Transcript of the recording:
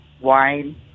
wine